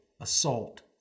assault